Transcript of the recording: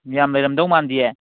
ꯌꯥꯝ ꯂꯩꯔꯝꯗꯧ ꯃꯥꯟꯗꯤꯌꯦ